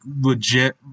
legit